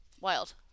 Wild